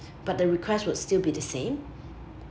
but the request would still be the same